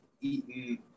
eaten